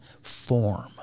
form